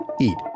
eat